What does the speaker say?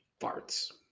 Farts